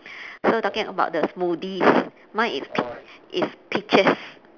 so talking about the smoothies mine is pea~ is peaches